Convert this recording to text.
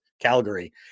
Calgary